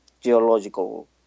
geological